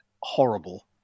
horrible